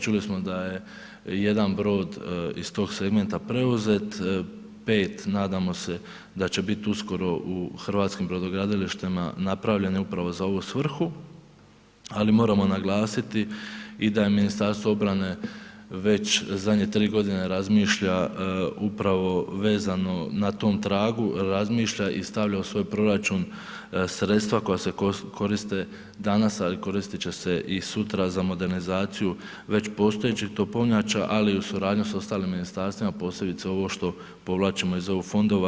Čuli smo da je jedan brod iz tog segmenta preuzet, pet nadamo se da će biti uskoro u hrvatskim brodogradilištima napravljeni upravo za ovu svrhu, ali moramo naglasiti i da je Ministarstvo obrane već zadnje tri godine razmišlja upravo vezano na tom tragu, razmišlja i stavlja u svoj proračun sredstva koja se koriste danas, a koristit će se i sutra za modernizaciju već postojećih topovnjača, ali uz suradnju sa ostalim ministarstvima posebice ovo što povlačimo iz eu fondova.